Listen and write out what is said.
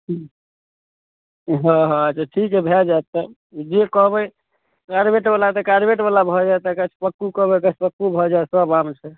उँ हँ हँ तऽ ठीक हइ भऽ जाएत तऽ जे कहबै कार्बेटवला तऽ कार्बेटवला भऽ जाएत गछपक्कू कहबै गछपक्कू भऽ जाएत सब आम छै